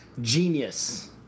Genius